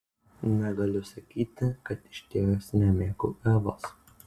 negaliu sakyti kad išties nemėgau evos